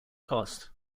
cost